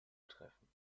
treffen